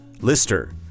Lister